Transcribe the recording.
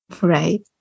right